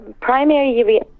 primary